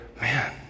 Man